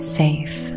safe